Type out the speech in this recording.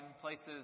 places